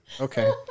Okay